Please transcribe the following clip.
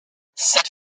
cette